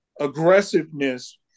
aggressiveness